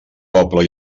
poble